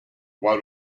what